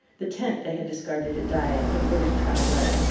the tent they had discarded at dyea in order to travel light.